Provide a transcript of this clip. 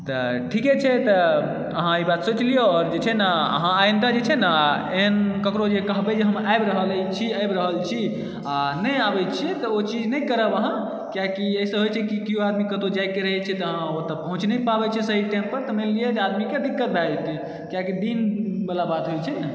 तऽ ठीके छै तऽ अहाँ ई बात सोचि लिअ आओर जे छै ने अहाँ आइन्दा जे छै ने एहन ककरो कहबै जे हम आबि रहल छी आबि रहल छी आ नहि आबै छी तऽ ओ चीज नहि करब अहाँ किआकि एहिसँ होइत छै कि केओ आदमी कतहुँ जाइके रहे छै अहाँ ओतए पहुँच नहि पाबै छियै सही टाइम पर तऽ मानि लिय जे आदमीके दिक्कत भए जेतै किआकि दिन वला बात होइत छै ने